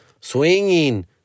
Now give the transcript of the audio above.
swinging